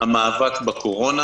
המאבק בקורונה.